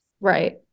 right